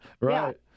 Right